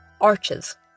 Arches